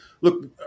Look